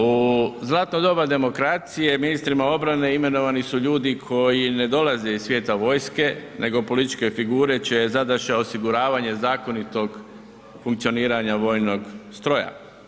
U zlatno doba demokracije, ministrima obrane imenovani su ljudi koji ne dolaze iz svijeta vojske nego političke figure čija je zadaća osiguravanje zakonitog funkcioniranja vojnog stroja.